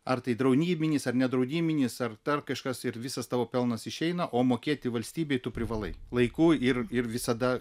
ar tai draudiminis ar nedraudiminis ar dar kažkas ir visas tavo pelnas išeina o mokėti valstybei tu privalai laiku ir ir visada